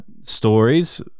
stories